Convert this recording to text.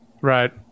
Right